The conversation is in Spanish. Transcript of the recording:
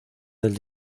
del